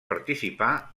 participar